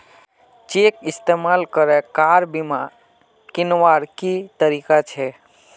Cheque इस्तेमाल करे car बीमा कीन्वार की तरीका छे?